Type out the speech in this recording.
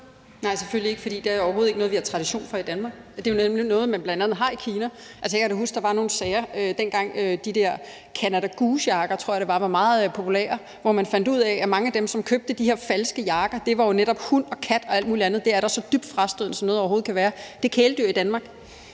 Nej, selvfølgelig ikke, for det er overhovedet ikke noget, vi har tradition for i Danmark. Det er jo nemlig noget, man bl.a. har i Kina. Altså, jeg kan da huske, at der var nogle sager, dengang de der Canada Goose-jakker, tror jeg det var, var meget populære. Man fandt ud af, at mange af de falske jakker, der blev købt, netop var med hunde, katte og alt muligt andet. Det er da så dybt frastødende, som noget overhovedet kan være. Det er kæledyr i Danmark,